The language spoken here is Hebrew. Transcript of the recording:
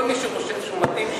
כל מי שחושב שהוא מתאים,